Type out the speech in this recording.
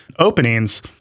openings